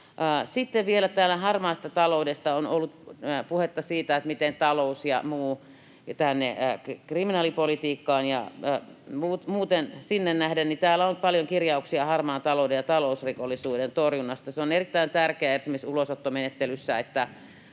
Sitten vielä harmaasta taloudesta. Täällä on ollut puhetta siitä, miten talous ja muu, kriminaalipolitiikka ja muut, niin täällä on paljon kirjauksia harmaan talouden ja talousrikollisuuden torjunnasta. On erittäin tärkeää esimerkiksi ulosottomenettelyssä, että